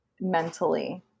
mentally